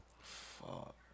Fuck